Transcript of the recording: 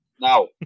Now